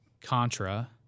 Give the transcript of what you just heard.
Contra